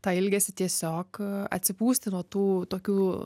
tą ilgesį tiesiog atsipūsti nuo tų tokių